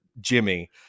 Jimmy